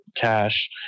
cash